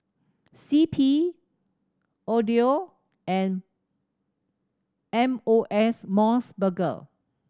C P Odlo and M O S More Burger